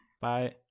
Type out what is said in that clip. Bye